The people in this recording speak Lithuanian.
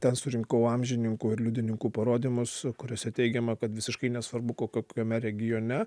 ten surinkau amžininkų ir liudininkų parodymus kuriuose teigiama kad visiškai nesvarbu kokiame regione